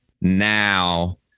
now